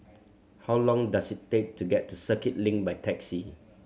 how long does it take to get to Circuit Link by taxi